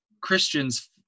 Christians